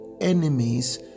enemies